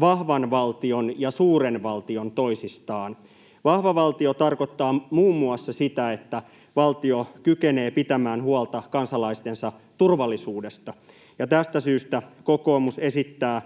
vahvan valtion ja suuren valtion toisistaan. Vahva valtio tarkoittaa muun muassa sitä, että valtio kykenee pitämään huolta kansalaistensa turvallisuudesta, ja tästä syystä kokoomus esittää